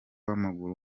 w’amaguru